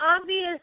obvious